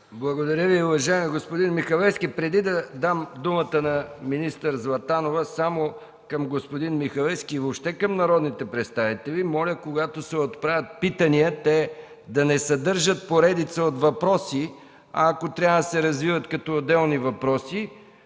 Благодаря Ви, уважаеми господин Михалевски. Преди да дам думата на министър Златанова, към господин Михалевски и въобще към народните представители – моля, когато се отправят питания, те да не съдържат поредица от въпроси, а, ако трябва, да се развиват като отделни въпроси,